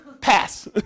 Pass